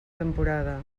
temporada